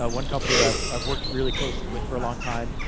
ah one company, that i've i've worked really closely with, for a long time,